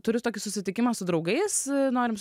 turiu tokį susitikimą su draugais norim